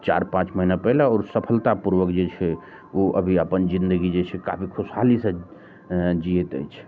चारि पाँच महीना पहिले आओर सफलता पूर्वक जे छै ओ अभी अपन जिन्दगी जे छै काफी खुशहाली सऽ जियैत अछि